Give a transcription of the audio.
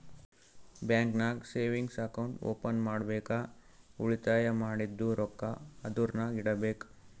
bank ನಾಗ್ savings account open ಮಾಡ್ಬೇಕ ಉಳಿತಾಯ ಮಾಡಿದ್ದು ರೊಕ್ಕಾ ಅದುರ್ನಾಗ್ ಇಡಬೇಕ್